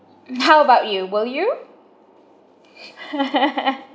how about you will you